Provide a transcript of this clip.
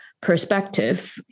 perspective